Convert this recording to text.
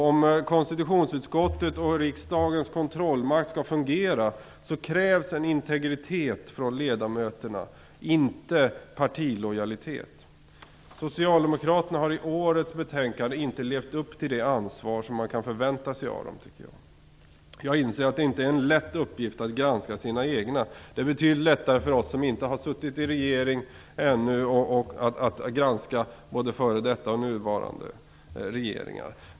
Om konstitutionsutskottet och riksdagens kontrollmakt skall fungera krävs det integritet från ledamöterna, inte partilojalitet. Socialdemokraterna har i årets betänkande inte levt upp till det ansvar som man kan förvänta sig av dem, tycker jag. Jag inser att det inte är en lätt uppgift att granska sina egna. Det är betydligt lättare för oss som inte har suttit i någon regering ännu att granska både f.d. regeringar och nuvarande regering.